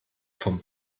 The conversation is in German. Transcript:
vom